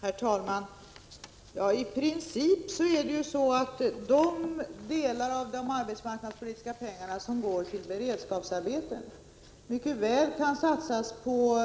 Herr talman! I princip är det så att de delar av de arbetsmarknadspolitiska pengarna som går till beredskapsarbeten mycket väl kan satsas på